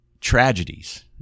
tragedies